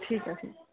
ਠੀਕ ਆ ਜੀ